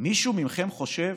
מישהו מכם חושב